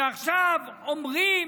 ועכשיו אומרים,